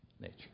nature